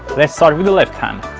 let's start with the left hand